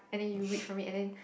and then you read from it and then